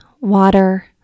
water